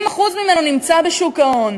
70% ממנו נמצא בשוק ההון,